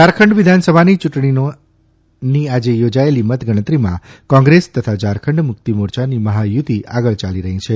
ઝારખંડ વિધાનસભાની ચૂંટણીની આજે યોજાએલી મતગણતરીમાં કોંગ્રેસ તથા ઝારખંડ મુક્તિ મોરચાની મહાયુતિ આગળ ચાલી રહી છે